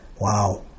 Wow